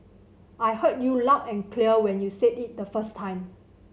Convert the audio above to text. I heard you loud and clear when you said it the first time